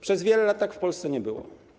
Przez wiele lat tak w Polsce nie było.